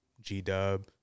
G-Dub